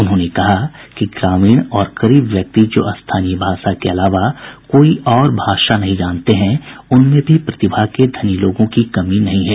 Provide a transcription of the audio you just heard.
उन्होंने कहा कि ग्रामीण और गरीब व्यक्ति जो स्थानीय भाषा के अलावा कोई और भाषा नहीं जानते हैं उनमें भी प्रतिभा के धनी लोगों की कमी नहीं है